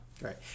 Right